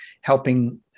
helping